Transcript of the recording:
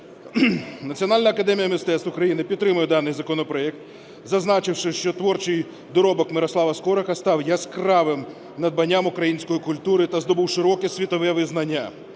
Національна академія мистецтв України підтримує даний законопроект, зазначивши, що творчий доробок Мирослава Скорика став яскравим надбанням Української культури та здобув широке світове визнання.